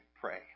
pray